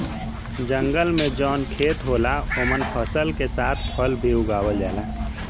जंगल में जौन खेत होला ओमन फसल के साथ फल भी उगावल जाला